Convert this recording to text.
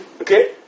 Okay